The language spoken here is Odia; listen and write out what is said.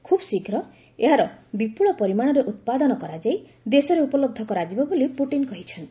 ଖୁବ୍ଶୀଘ୍ର ଏହାର ବିପୁଳ ପରିମାଣରେ ଉତ୍ପାଦନ କରାଯାଇ ଦେଶରେ ଉପଲହ୍ଧ କରାଯିବ ବୋଲି ପୁଟିନ୍ କହିଛନ୍ତି